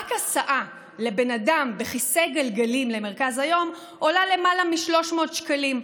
רק הסעה לבן אדם בכיסא גלגלים למרכז היום עולה למעלה מ-300 שקלים.